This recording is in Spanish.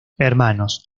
hermanos